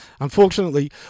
unfortunately